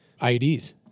IEDs